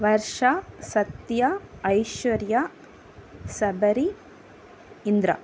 Varsha Sathya Aishwarya Sabari Indira